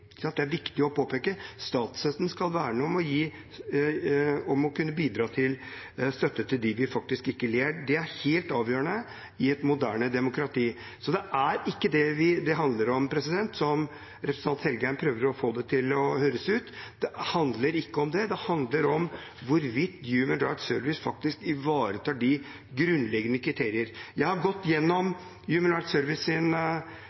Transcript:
Det er viktig å påpeke. Statsstøtten skal verne om og må kunne være et bidrag til dem vi faktisk ikke liker. Det er helt avgjørende i et moderne demokrati. Så det er ikke det det handler om, som representanten Engen-Helgheim prøver å få det til å høres ut som – det handler ikke om det. Det handler om hvorvidt Human Rights Service faktisk ivaretar de grunnleggende kriteriene. Jeg har gått